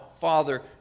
Father